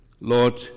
Lord